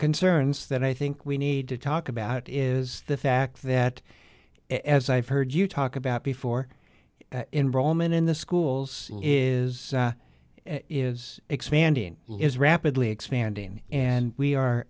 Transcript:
concerns that i think we need to talk about is the fact that as i've heard you talk about before enrollment the schools is in is expanding is rapidly expanding and we are